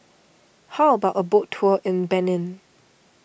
how about a boat tour in Benin